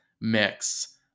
mix